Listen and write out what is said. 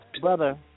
brother